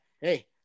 hey